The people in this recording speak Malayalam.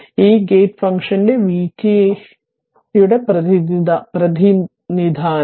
ഈ ഗേറ്റ് ഫംഗ്ഷന്റെ v ടി യുടെ പ്രതിനിധാനം